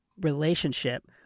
relationship